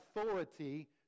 authority